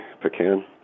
Pecan